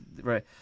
Right